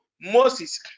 Moses